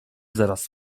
zaraz